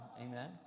Amen